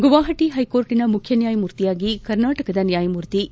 ಗುವಾಹಟ ಹೈಕೋರ್ಟ್ನ ಮುಖ್ಯ ನ್ಯಾಯಮೂರ್ತಿಯಾಗಿ ಕರ್ನಾಟಕದ ನ್ಯಾಯಮೂರ್ತಿ ಎ